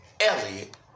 Elliot